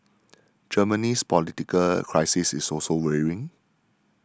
Germany's political crisis is also weighing